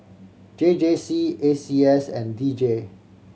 J J C A C S and D J